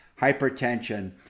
hypertension